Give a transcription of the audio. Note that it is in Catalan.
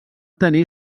tenir